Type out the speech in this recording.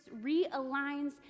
realigns